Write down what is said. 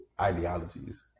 ideologies